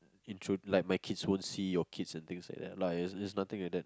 intro like my kids won't see your kids and things like that lah it's it's nothing like that